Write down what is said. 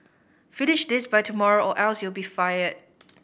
finish this by tomorrow or else you'll be fired